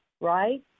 right